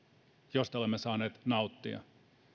josta olemme saaneet nauttia ja